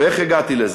ואיך הגעתי לזה?